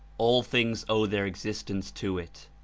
all things owe their existence to it.